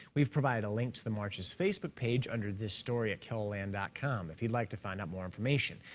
we've provided a link to the march's facebook page under this story at keloland dot com if you'd like to find out more information.